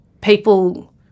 people